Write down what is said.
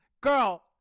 Girl